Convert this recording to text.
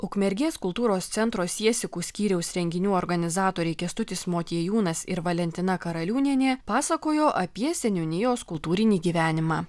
ukmergės kultūros centro siesikų skyriaus renginių organizatoriai kęstutis motiejūnas ir valentina karaliūnienė pasakojo apie seniūnijos kultūrinį gyvenimą